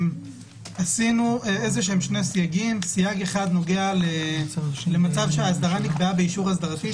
עשינו שני סייגים: אחד נוגע למצב שהאסדרה נקבעה באישור אסדרתי.